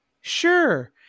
sure